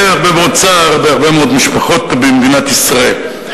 הרבה מאוד צער בהרבה מאוד משפחות במדינת ישראל.